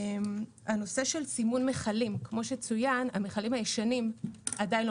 בנושא סימון מכלים ישנים כמו שצוין המכלים הישנים עדיין לא